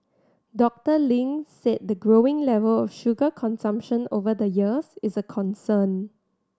Doctor Ling said the growing level of sugar consumption over the years is a concern